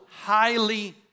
highly